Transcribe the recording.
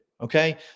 okay